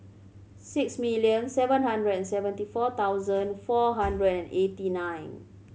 six million seven hundred and seventy four thousand four hundred and eighty nine